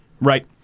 Right